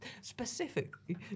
Specifically